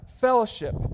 fellowship